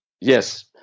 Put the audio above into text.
Yes